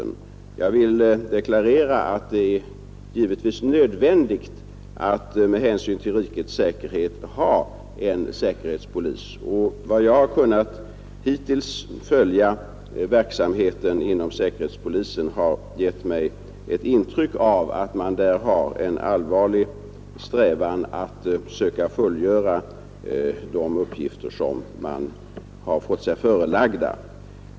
Jag vill deklarera att det givetvis är nödvändigt att med hänsyn till rikets säkerhet ha en säkerhetspolis. Vad jag hittills erfarit av säkerhetspolisens verksamhet har givit mig det intrycket att säkerhetspolisen har en allvarlig strävan att söka fullgöra de uppgifter som den fått sig förelagda.